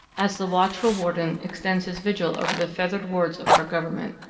as the watchful warden extends his vigil over the feathered wards of our government.